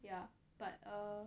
ya but err